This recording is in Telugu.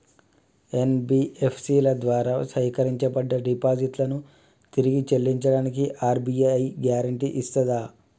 ఎన్.బి.ఎఫ్.సి ల ద్వారా సేకరించబడ్డ డిపాజిట్లను తిరిగి చెల్లించడానికి ఆర్.బి.ఐ గ్యారెంటీ ఇస్తదా?